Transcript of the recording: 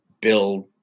build